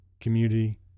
community